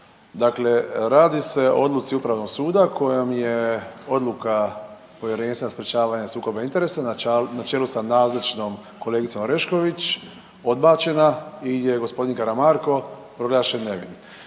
Dakle, radi se o odluci Upravnog suda kojom je odluka Povjerenstva za sprječavanje sukoba interesa na čelu sa nazočnom kolegicom Orešković odbačena i gdje je g. Karamarko proglašen nevin.